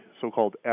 so-called